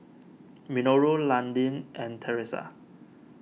Minoru Landin and theresa